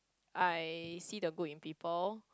I see the good in people